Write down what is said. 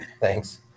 Thanks